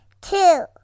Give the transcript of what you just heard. two